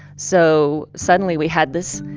so suddenly, we had this,